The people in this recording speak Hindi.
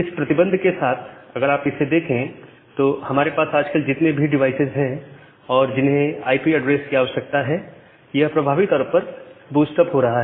इस प्रतिबंध के साथ अगर आप इसे देखें तो हमारे पास आजकल जितने भी डिवाइसेज हैं और जिन्हें आईपी ऐड्रेस की आवश्यकता है यह प्रभावी तौर पर बूस्ट अप हो रहा है